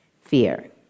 fear